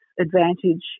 advantage